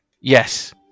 Yes